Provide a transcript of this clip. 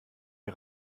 wir